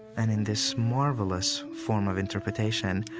and in this marvelous form of interpretation,